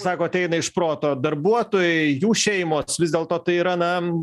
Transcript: sakot eina iš proto darbuotojai jų šeimos vis dėlto tai yra na